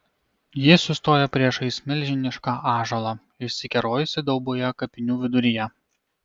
ji sustojo priešais milžinišką ąžuolą išsikerojusį dauboje kapinių viduryje